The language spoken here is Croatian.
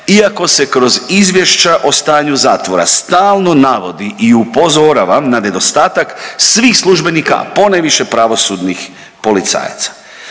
iako se kroz izvješća o stanju zatvora stalno navodi i upozorava na nedostatak svih službenika, a ponajviše pravosudnih policajaca.